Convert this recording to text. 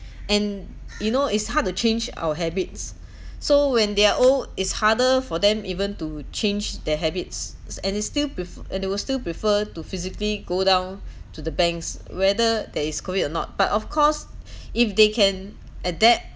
and you know it's hard to change our habits so when they're old it's harder for them even to change their habits and it's still prefe~ and they will still prefer to physically go down to the banks whether there is COVID or not but of course if they can adapt